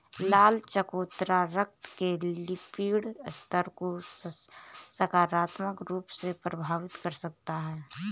लाल चकोतरा रक्त के लिपिड स्तर को सकारात्मक रूप से प्रभावित कर जाते हैं